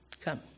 Come